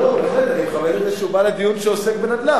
בסדר, אני מכבד את זה שהוא בא לדיון שעוסק בנדל"ן.